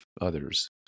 others